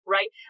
Right